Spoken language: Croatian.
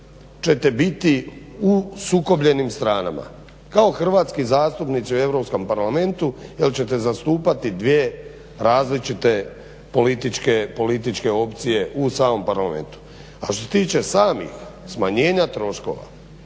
ćete biti u sukobljenim stranama kao hrvatski zastupnici u Europskom parlamentu jer ćete zastupati dvije različite političke opcije u samom parlamentu. A što se tiče samih smanjenja troškova,